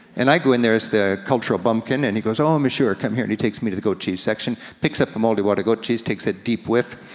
and i go in there as the cultural bumpkin, and he goes, oh monsieur come here, and he takes me to the goat cheese section, picks up a moldy wad of goat cheese, takes a deep whiff,